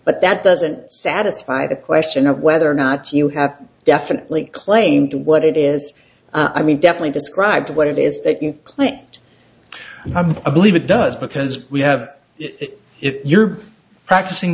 but that doesn't satisfy the question of whether or not you have definitely claimed what it is i mean definitely describe what it is that you claimed i'm a believe it does because we have if you're practicing